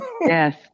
Yes